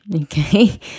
Okay